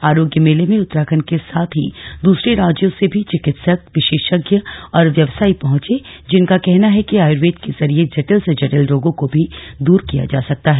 आरोग्य मेले में उत्तराखंड के साथ ही दूसरे राज्यों से भी चिंकित्सक विशेषज्ञ और व्यवसायी पहंचे जिनका कहना है कि आयर्वेद के जरिए जटिल से जटिल रोगों को भी दूर किया जा सकता है